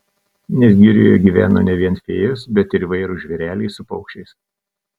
nes girioje gyveno ne vien fėjos bet ir įvairūs žvėreliai su paukščiais